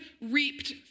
reaped